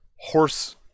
horse